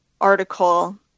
article